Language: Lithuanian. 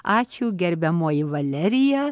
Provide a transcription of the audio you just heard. ačiū gerbiamoji valerija